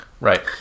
Right